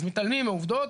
אז מתעלמים מעובדות,